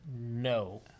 no